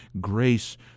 Grace